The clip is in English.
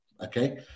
Okay